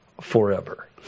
forever